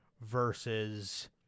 versus